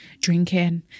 Drinking